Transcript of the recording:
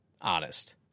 honest